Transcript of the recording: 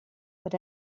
what